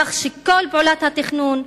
כך שכל פעולת התכנון,